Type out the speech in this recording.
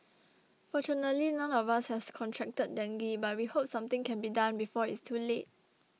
fortunately none of us has contracted dengue but we hope something can be done before it's too late